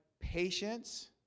patience